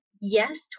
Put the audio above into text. Yes